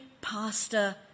pastor